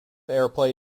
airplay